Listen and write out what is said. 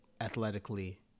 athletically